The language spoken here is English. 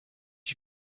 you